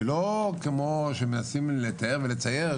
ולא כמו שמנסים לתאר ולצייר,